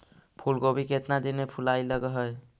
फुलगोभी केतना दिन में फुलाइ लग है?